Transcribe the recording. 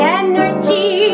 energy